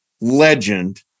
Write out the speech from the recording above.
legend